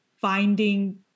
finding